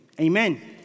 Amen